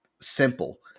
Simple